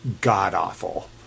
god-awful